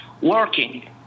Working